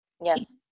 Yes